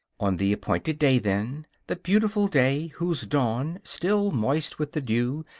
on the appointed day then, the beautiful day, whose dawn, still moist with the dew,